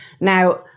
Now